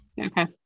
Okay